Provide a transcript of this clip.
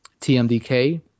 TMDK